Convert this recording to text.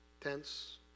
Tents